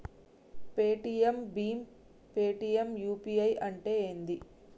Paytm భీమ్ Paytm UPI అంటే ఏంది?